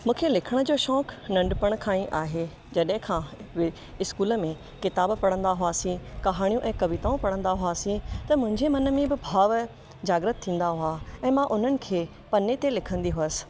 मुखे लिखण जो शौक़ु नंढिपण खां ई आहे जॾहिं खां स्कूल में किताबु पढ़ंदा हुआसीं कहाणियूं ऐं कविताऊं पढ़ंदा हुआसीं त मुंहिंजे मन में बि भाव जागृत थींदा हुआ ऐं मां उन्खेहनि पने ते लिखंदी हुआसीं